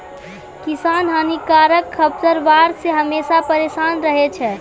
किसान हानिकारक खरपतवार से हमेशा परेसान रहै छै